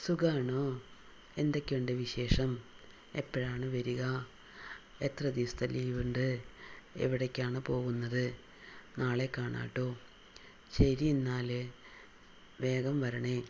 സുഖമാണോ എന്തൊക്കെയുണ്ട് വിശേഷം എപ്പോഴാണ് വരിക എത്ര ദിവസത്തെ ലീവുണ്ട് എവിടേക്കാണ് പോകുന്നത് നാളെ കാണാട്ടൊ ശരിന്നാല് വേഗം വരണെ